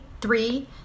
three